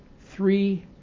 three